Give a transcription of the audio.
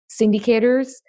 syndicators